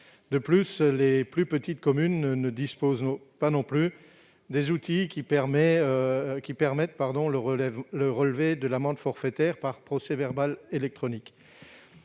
à souche. Les plus petites communes ne disposent pas non plus des outils permettant le relevé de l'amende forfaitaire par procès-verbal électronique.